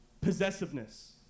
Possessiveness